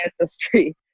ancestry